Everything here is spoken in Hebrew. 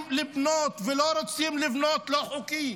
לבנות ולא רוצים לבנות באופן לא חוקי.